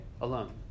alone